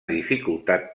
dificultat